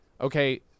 Okay